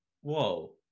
whoa